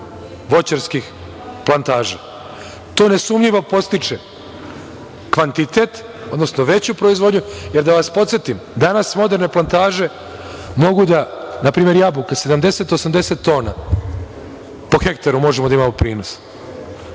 voćarskih plantaža. To nesumnjivo podstiče kvantitet, odnosno veću proizvodnju, jer da vas podsetim, danas moderne plantaže mogu da, na primer, jabuka 70, 80 tona po hektaru možemo da imamo prinos.